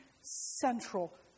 central